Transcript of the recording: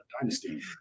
dynasty